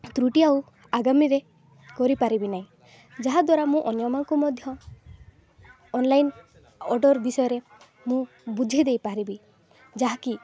ତ୍ରୁଟି ଆଉ ଆଗାମୀରେ କରିପାରିବିନାହିଁ ଯାହା ଦ୍ୱାରା ମୁଁ ଅନ୍ୟମାନଙ୍କୁ ମଧ୍ୟ ଅନ୍ଲାଇନ୍ ଅର୍ଡ଼ର୍ ବିଷୟରେ ମୁଁ ବୁଝାଇଦେଇପାରିବି ଯାହାକି